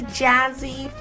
jazzy